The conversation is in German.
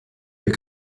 wir